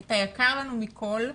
את היקר לנו מכל,